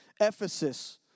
Ephesus